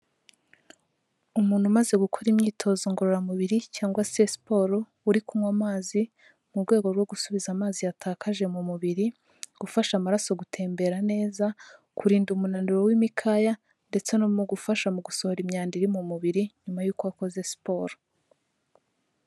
Umuntu umaze gukora imyitozo ngororamubiri cyangwa se siporo, uri kunywa amazi mu rwego rwo gusubiza amazi yatakaje mu mubiri, gufasha amaraso gutembera neza, kurinda umunaniro w'imikaya ndetse no mu gufasha mu gusohora imyanda iri mu mubiri, nyuma y'uko akoze siporo.